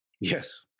Yes